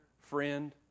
friend